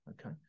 okay